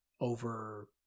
over